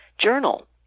journal